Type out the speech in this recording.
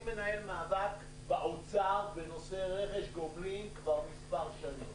אני מנהל מאבק באוצר בנושא רכש גומלין כבר כמה שנים.